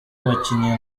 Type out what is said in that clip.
abakinnyi